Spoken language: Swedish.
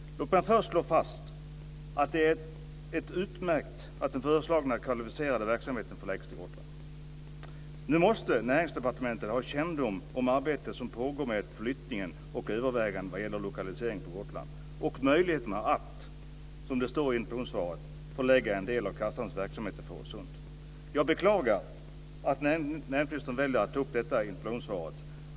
Låt mig först slå fast att det är utmärkt att den föreslagna kvalificerade verksamheten förläggs till Gotland. Nu måste Näringsdepartementet ha kännedom om arbetet som pågår med flyttningen och överväganden vad gäller lokaliseringen på Gotland och möjligheterna att, som det står i interpellationssvaret, förlägga en del av kassans verksamhet till Fårösund. Jag beklagar att näringsministern väljer att ta upp detta i interpellationssvaret.